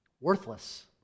worthless